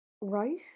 Right